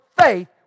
faith